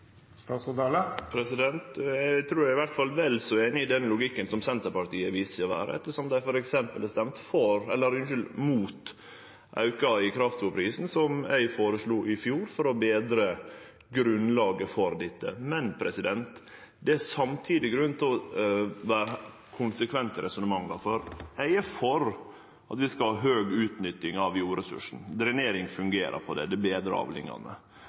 trur i alle fall eg er vel så einig i den logikken som Senterpartiet viser, ettersom dei f.eks. stemte imot auken i kraftfôrprisen, som eg føreslo i fjor for å betre grunnlaget for dette. Men det er samtidig grunn til å vere konsekvent i resonnementa. Eg er for at vi skal ha høg utnytting av jordressursen. Drenering fungerer for det, det betrar avlingane.